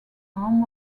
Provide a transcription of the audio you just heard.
arm